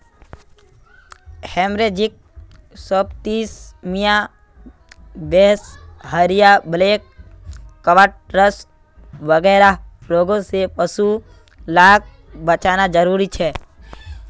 haemorrhagic septicaemia, बीसहरिया, black quarters वगैरह रोगों से पशु लाक बचाना ज़रूरी छे